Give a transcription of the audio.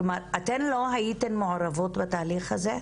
כלומר, אתן לא הייתן מעורבות בתהליך הזה?